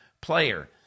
player